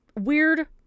Weird